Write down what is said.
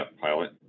pilot